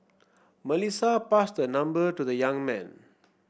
Melissa passed her number to the young man